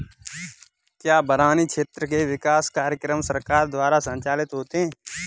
क्या बरानी क्षेत्र के विकास कार्यक्रम सरकार द्वारा संचालित होते हैं?